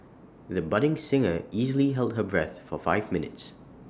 the budding singer easily held her breath for five minutes